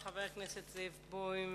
חבר הכנסת זאב בוים.